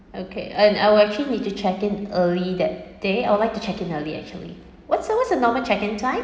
okay and I will actually need to check in early that day I would like to check in early actually what's what's the normal check in time